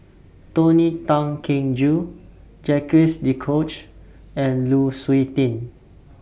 Tony Tan Keng Joo Jacques De Coutre and Lu Suitin